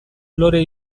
lore